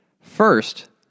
First